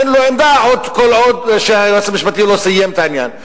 אין לו עמדה כל עוד היועץ המשפטי לא סיים את העניין.